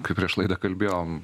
kaip prieš laidą kalbėjom